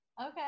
Okay